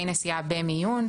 אחרי נסיעה במיון,